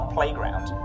Playground